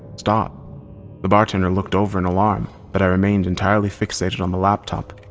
stop the bartender looked over in alarm, but i remained entirely fixated on the laptop.